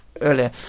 earlier